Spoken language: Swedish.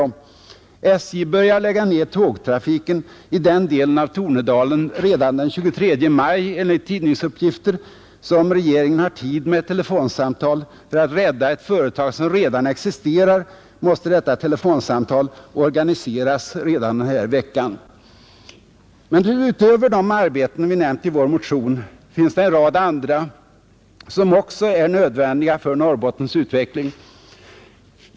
SJ börjar enligt tidningsuppgifter lägga ner tågtrafiken i den delen av Tornedalen redan den 23 maj, så om regeringen har tid med ett telefonsamtal för att rädda ett företag som redan existerar måste detta telefonsamtal organiseras redan den här veckan. Men utöver de arbeten vi nämnt i vår motion finns det en rad andra som också är nödvändiga för Norrbottens utveckling.